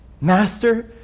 Master